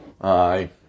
Aye